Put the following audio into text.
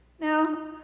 Now